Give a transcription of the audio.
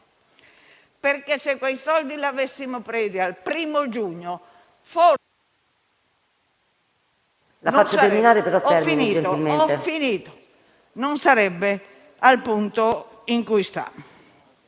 infatti, quei soldi li avessimo presi il primo giugno, forse niente sarebbe al punto in cui si